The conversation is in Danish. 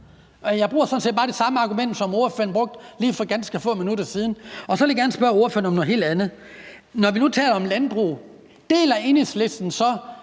sådan set bare det samme argument, som ordføreren brugte lige for ganske få minutter siden. Så vil jeg gerne spørge ordføreren om noget helt andet: Når vi nu taler om landbrug, deler Enhedslisten så